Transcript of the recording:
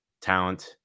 Talent